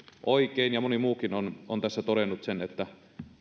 oikein ja moni muukin on on tässä todennut sen että